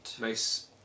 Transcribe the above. Nice